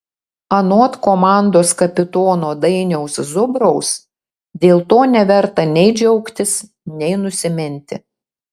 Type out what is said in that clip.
anot komandos kapitono dainiaus zubraus dėl to neverta nei džiaugtis nei nusiminti